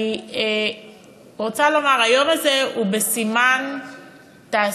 אני רוצה לומר, היום הזה הוא בסימן תעסוקה.